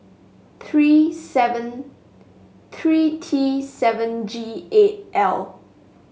three seven three T seven G eight L